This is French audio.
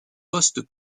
post